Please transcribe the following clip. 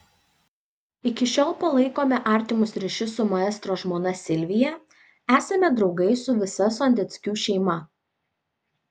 iki šiol palaikome artimus ryšius su maestro žmona silvija esame draugai su visa sondeckių šeima